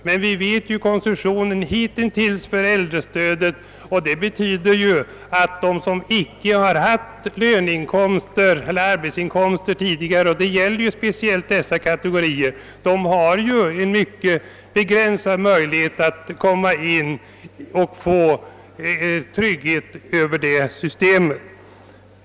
Med den konstruktion som äldrestödet hittills haft har dock som bekant de som tidigare icke haft arbetsinkomster — och det gäller ju speciellt denna kategori — en mycket begränsad möjlighet att få någon trygghet genom detta system.